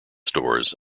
stores